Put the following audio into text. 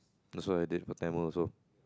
that's what I did for Tamil also